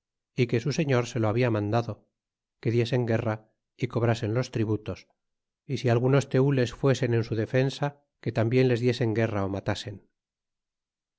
é que su señor se lo habla mandado que diesen guerra y cobrasen los tributos y si algunos tenles fuesen en su defensa que tambien les diesen guerra ó matasen